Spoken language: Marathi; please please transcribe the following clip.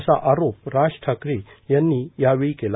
असा आरोप राज ठाकरे यांनी यावेळी केला